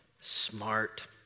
smart